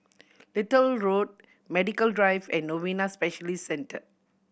Little Road Medical Drive and Novena Specialist Center